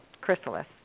chrysalis